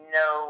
no